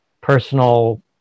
personal